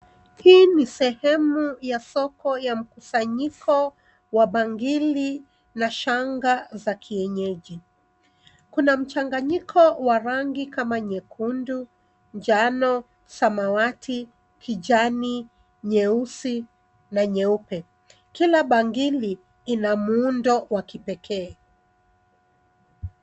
Hii ni sehemu ya soko ya mkusanyiko wa bangili na shanga za kienyeji. Kuna mchanganyiko wa rangi kama nyekundu, njano, samawati, kijani, nyeusi na nyeupe. Kila bangili ina muundo wa kipekee.